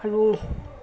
আৰু